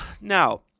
Now